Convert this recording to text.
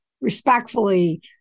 respectfully